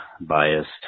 biased